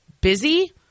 busy